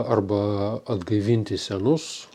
arba atgaivinti senus